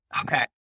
Okay